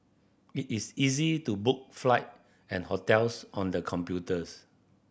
it is easy to book flight and hotels on the computers